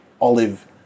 olive